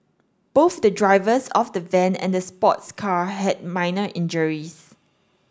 both the drivers of the van and the sports car had minor injuries